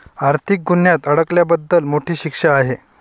आर्थिक गुन्ह्यात अडकल्याबद्दल मोठी शिक्षा आहे